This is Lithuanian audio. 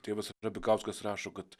tėvas rabikauskas rašo kad